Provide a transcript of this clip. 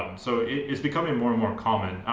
so it's becoming more and more common.